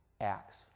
acts